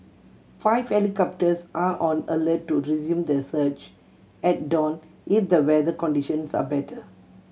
five helicopters are on alert to resume the search at dawn if the weather conditions are better